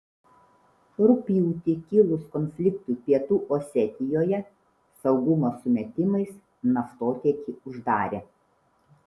rugpjūtį kilus konfliktui pietų osetijoje saugumo sumetimais naftotiekį uždarė